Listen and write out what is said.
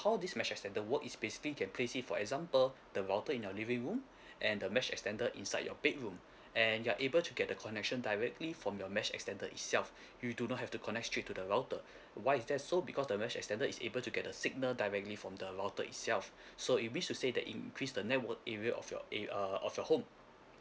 how this mesh extender work is basically you can place it for example the router in your living room and the mesh extender inside your bedroom and you're able to get the connection directly from your mesh extender itself you do not have to connect straight to the router why is that so because the mesh extender is able to get the signal directly from the router itself so it means to say that it increase the network area of your a~ err of your home